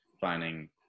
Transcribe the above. finding